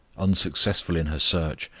unsuccessful in her search,